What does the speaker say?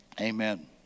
Amen